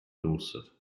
dorset